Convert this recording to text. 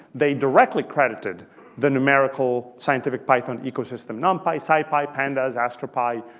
they directly credited the numerical scientific python ecosystem numpy, scipy, pandas, astropy,